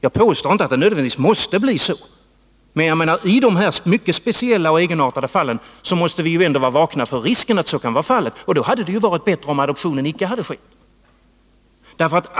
Jag påstår inte att det nödvändigtvis måste bli så som jag har skisserat, men i dessa mycket speciella och egenartade fall måste vi vara vakna för denna risk. Och i sådana fall hade det varit bättre om adoptionen inte hade kommit till stånd.